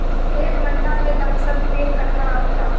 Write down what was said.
एक मंडा में लमसम तीन कट्ठा आवेला